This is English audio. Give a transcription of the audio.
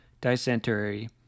dysentery